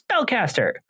spellcaster